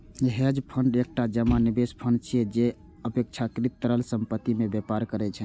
hedge fund एकटा जमा निवेश फंड छियै, जे अपेक्षाकृत तरल संपत्ति मे व्यापार करै छै